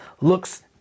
looks